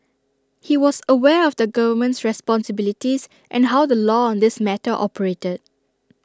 he was aware of the government's responsibilities and how the law on this matter operated